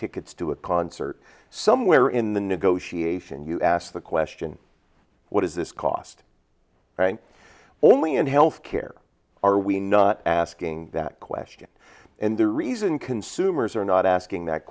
tickets to a concert somewhere in the negotiation you ask the question what is this cost only in health care are we not asking that question and the reason consumers are not asking that